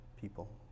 people